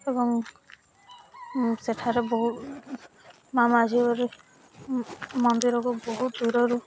ଏବଂ ସେଠାରେ ବହୁ ମାଁ ମାଝୀଗୋୖରୀ ମନ୍ଦିରକୁ ବହୁତ ଦୂରରୁ